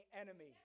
enemy